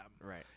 right